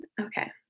Okay